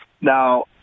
Now